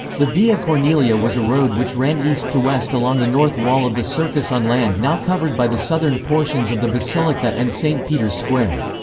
the via cornelia was a road which ran east-to-west along the north wall of the circus on land now covered by the southern portions of the basilica and st. peter's square.